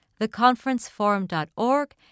theconferenceforum.org